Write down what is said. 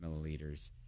milliliters